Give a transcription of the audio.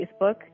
Facebook